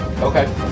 Okay